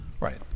Right